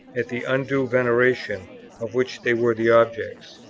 at the undue veneration of which they were the objects.